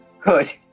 Good